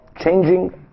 changing